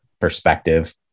perspective